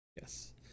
Yes